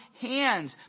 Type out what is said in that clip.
hands